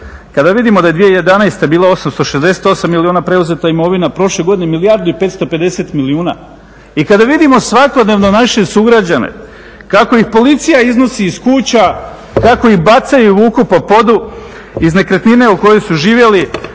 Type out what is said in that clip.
kada vidimo da je 2011. bila 868 milijuna preuzeta imovina, prošle godine milijardu i 550 milijuna i kada vidimo svakodnevno naše sugrađane kako ih policija iznosi iz kuća, kako ih bacaju i vuku po podu iz nekretnine u kojoj su živjeli,